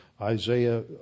Isaiah